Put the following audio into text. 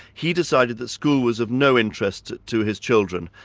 he decided that school was of no interest to his children,